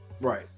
right